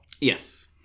yes